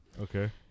Okay